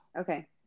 Okay